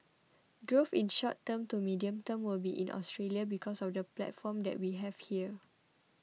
growth in the short term to medium term will be in Australia because of the platform that we have here